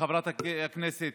וחברת הכנסת